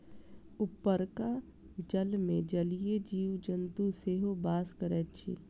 उपरका जलमे जलीय जीव जन्तु सेहो बास करैत अछि